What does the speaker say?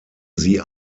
sie